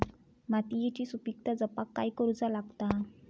मातीयेची सुपीकता जपाक काय करूचा लागता?